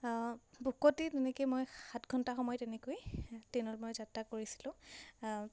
ভোকতে তেনেকৈ মই সাত ঘণ্টা সময় তেনেকৈ ট্ৰেইনত মই যাত্ৰা কৰিছিলোঁ